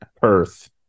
Perth